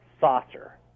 saucer